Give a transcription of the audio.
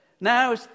Now